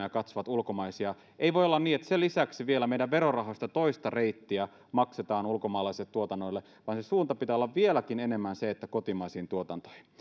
ja katsovat näitä ulkomaisia ohjelmia ei voi olla niin että sen lisäksi vielä meidän verorahoista toista reittiä maksetaan ulkomaalaisille tuotannoille vaan sen suunnan pitää olla vieläkin enemmän kotimaisiin tuotantoihin